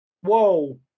Whoa